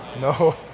No